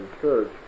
church